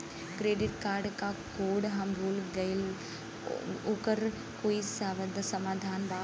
Credit card क code हम भूल गइली ओकर कोई समाधान बा?